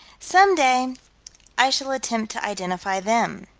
some day i shall attempt to identify them.